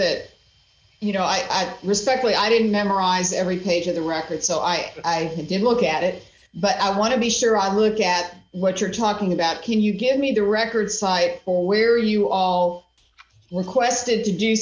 that you know i respectfully i didn't memorize every page of the record so i didn't look at it but i want to be sure i'm look at what you're talking about can you give me the record side where you all requested to do